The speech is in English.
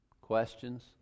Questions